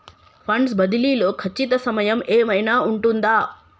Funds బదిలీ లో ఖచ్చిత సమయం ఏమైనా ఉంటుందా?